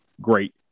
great